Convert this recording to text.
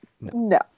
no